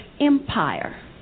Empire